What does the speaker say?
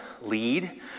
lead